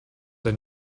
are